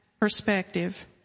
perspective